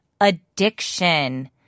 addiction